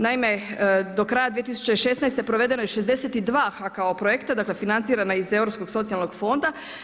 Naime, do kraja 2016. provedeno je 62 HKO projekta, dakle financirana iz Europskog socijalnog fonda.